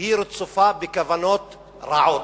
היא רצופה בכוונות רעות,